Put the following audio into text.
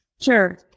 Sure